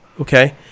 okay